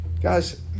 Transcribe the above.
Guys